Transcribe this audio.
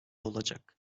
olacak